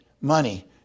money